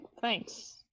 thanks